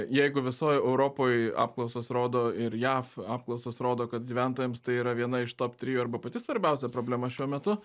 jeigu visoj europoj apklausos rodo ir jav apklausos rodo kad gyventojams tai yra viena iš top trijų arba pati svarbiausia problema šiuo metu